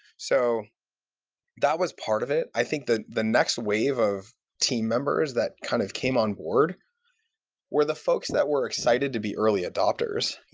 so that was part of it. i think the the next wave of team members that kind of came on board were the folks that were excited to be early adapters.